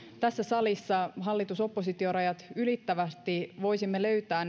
tässä salissa hallitus oppositio rajat ylittävästi voisimme löytää